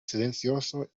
silencioso